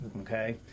Okay